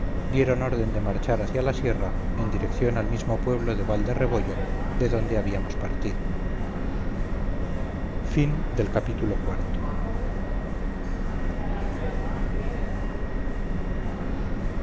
dieron orden de marchar hacia la sierra en dirección al mismo pueblo de val de rebollo de donde habíamos partido